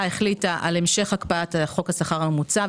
החליטה על המשך הקפאת חוק השכר הממוצע,